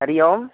हरिः ओं